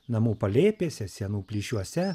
namų palėpėse sienų plyšiuose